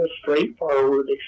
straightforward